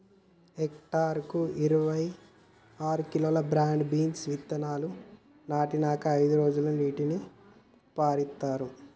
hectare కు ఇరవై ఆరు కిలోలు బ్రాడ్ బీన్స్ విత్తనాలు నాటినంకా అయిదు రోజులకు నీటిని పారిత్తార్